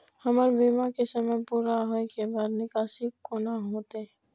हमर बीमा के समय पुरा होय के बाद निकासी कोना हेतै?